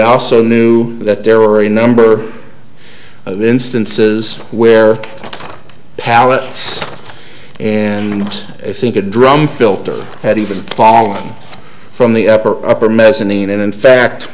also knew that there are a number of instances where pallets and i think a drum filter had even fallen from the upper upper mezzanine and in fact